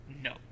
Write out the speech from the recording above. No